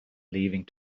leaving